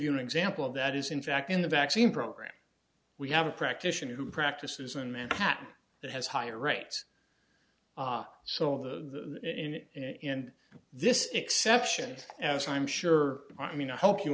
you an example of that is in fact in the vaccine program we have a practitioner who practices in manhattan that has higher rates so in the in in this exception as i'm sure i mean i hope you